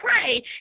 pray